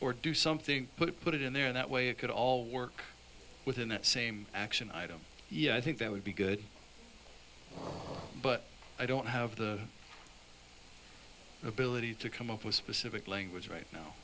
or do something but put it in there in that way it could all work within that same action item yeah i think that would be good but i don't have the ability to come up with specific language right now